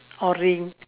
or ring